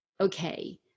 okay